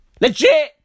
Legit